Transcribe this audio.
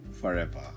forever